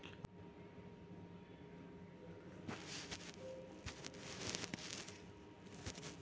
आज मी भेंडी आणि बटाट्याची भाजी बनवली